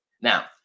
Now